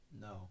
No